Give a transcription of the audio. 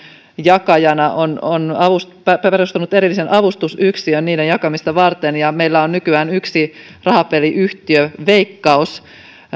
jakajana on on perustanut erillisen avustusyksikön niiden jakamista varten ja meillä on nykyään yksi rahapeliyhtiö veikkaus